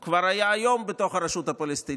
היום הוא כבר היה בתוך הרשות הפלסטינית,